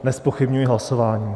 Nezpochybňuji hlasování.